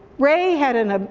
ray had an ah